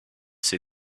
see